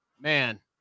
man